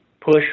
push